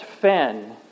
Fen